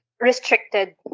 restricted